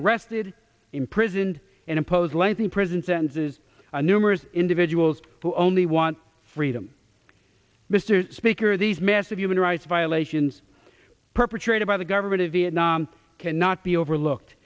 arrested imprisoned and impose lengthy prison sentences on numerous individuals who only want freedom mr speaker these massive human rights violations perpetrated by the government of vietnam cannot be overlooked